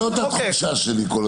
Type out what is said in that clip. זאת התחושה שלי כל הזמן.